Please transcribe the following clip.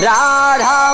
Radha